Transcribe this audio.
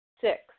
Six